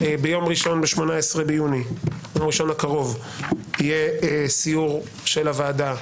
ביום ראשון ה-18 ביוני יהיה סיור של הוועדה